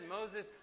Moses